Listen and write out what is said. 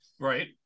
Right